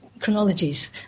chronologies